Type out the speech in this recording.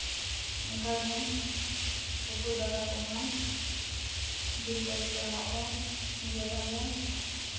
ᱚᱱᱠᱟᱜᱮ ᱩᱛᱩ ᱫᱟᱠᱟ ᱠᱚᱦᱚᱸ ᱡᱤᱞ ᱠᱚ ᱟᱹᱜᱩ ᱵᱟᱲᱟ ᱠᱟᱛᱮᱫ ᱜᱮᱫᱟᱞᱮ